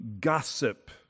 gossip